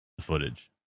footage